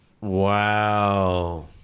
Wow